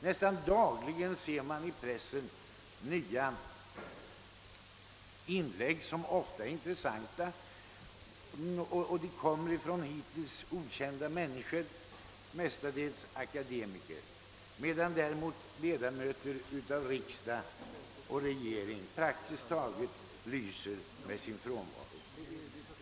Nästan dagligen ser man i pressen nya inlägg, som ofta är intressanta. De kommer från hittills okända människor, mestadels akademiker, medan däremot ledamöter av riksdag och regering praktiskt taget lyser med sin frånvaro.